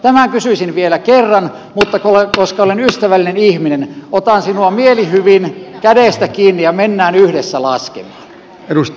tämän kysyisin vielä kerran mutta koska olen ystävällinen ihminen otan sinua mielihyvin kädestä kiinni ja mennään yhdessä laskemaan